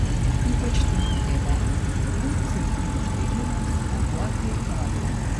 ypač tinka riebiai linkusiai į uždegimą spuoguotai odai